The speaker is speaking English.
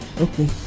Okay